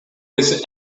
his